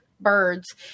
birds